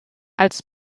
als